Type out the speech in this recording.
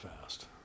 fast